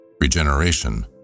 Regeneration